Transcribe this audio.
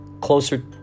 closer